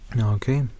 Okay